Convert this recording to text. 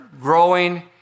growing